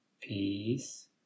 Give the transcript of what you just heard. peace